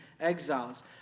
exiles